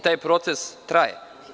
Taj proces traje.